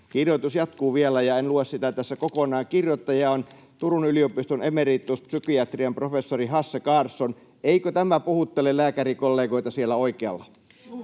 Kirjoitus jatkuu vielä, ja en lue sitä tässä kokonaan. Kirjoittaja on Turun yliopiston psykiatrian professori emeritus Hasse Karlsson. Eikö tämä puhuttele lääkärikollegoita siellä oikealla?